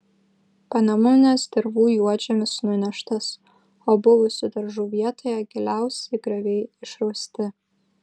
panemunės dirvų juodžemis nuneštas o buvusių daržų vietoje giliausi grioviai išrausti